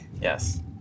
Yes